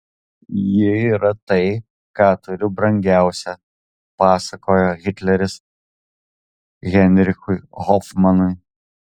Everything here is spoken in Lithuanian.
ji yra tai ką turiu brangiausia pasakojo hitleris heinrichui hofmanui